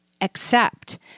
accept